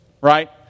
right